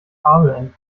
kabelenden